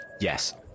yes